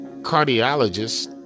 cardiologist